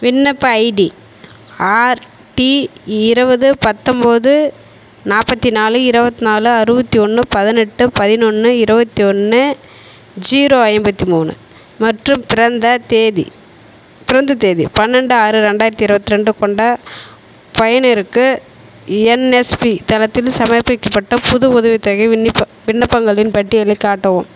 விண்ணப்ப ஐடி ஆர்டி இருபது பத்தன்போது நாற்பத்தி நாலு இருபத்தி நாலு அறுபத்தி ஒன்று பதினெட்டு பதினொன்று இருபத்தி ஒன்று ஜீரோ ஐம்பத்தி மூணு மற்றும் பிறந்த தேதி பிறந்த தேதி பன்னெரெண்டு ஆறு ரெண்டாயிரத்தி இருபத்திரெண்டு கொண்ட பயனருக்கு என்எஸ்பி தளத்தில் சமர்ப்பிக்கப்பட்ட புது உதவித்தொகை விண்ணப்ப விண்ணப்பங்களின் பட்டியலைக் காட்டவும்